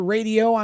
Radio